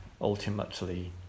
ultimately